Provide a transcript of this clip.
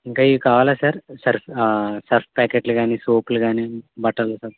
ఇంకా ఇవి కావాలా సార్ సర్ఫ్ సర్ఫ్ ప్యాకెట్లుగాని సోప్లుగానీ బట్టలు సబ్బు